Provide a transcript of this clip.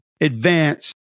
advance